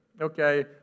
Okay